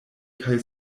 kaj